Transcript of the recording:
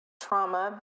trauma